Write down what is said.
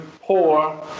poor